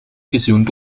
gezoend